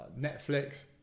Netflix